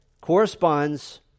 corresponds